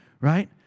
right